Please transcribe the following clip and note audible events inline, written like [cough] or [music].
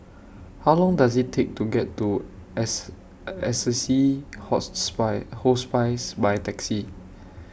How Long Does IT Take to get to ass Assisi [unintelligible] Hospice By Taxi